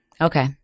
Okay